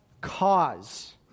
cause